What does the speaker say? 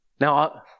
Now